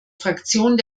fraktion